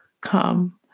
come